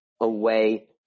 away